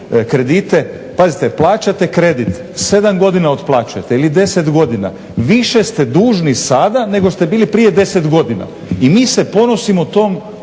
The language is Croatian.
Pazite plaćate kredit, sedam godina otplaćujete ili deset godina. Više ste dužni sada nego ste bili prije deset godina i mi se ponosimo tom